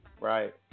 Right